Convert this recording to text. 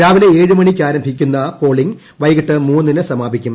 രാവിലെ ഏഴ് മണിക്ക് ആരംഭിക്കുന്ന പോളിംഗ് വൈകിട്ട് മൂന്നിന് സമാപിക്കും